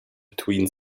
between